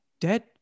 Dead